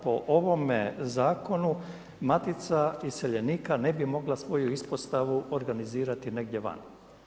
Po ovome zakonu Matica iseljenika ne bi mogla svoju ispostavu organizirati negdje vani.